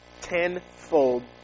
tenfold